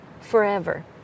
forever